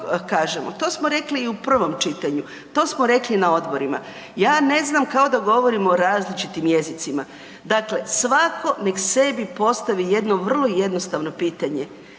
to smo rekli i u prvom čitanju, to smo rekli na odborima. Ja ne znam, kao da govorimo u različitim jezicima. Dakle, svatko nek sebi postavi jedno vro jednostavno pitanje,